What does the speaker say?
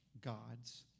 God's